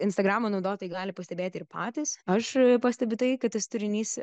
instagramo naudotojai gali pastebėti ir patys aš pastebiu tai kad tas turinys